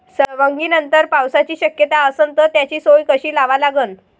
सवंगनीनंतर पावसाची शक्यता असन त त्याची सोय कशी लावा लागन?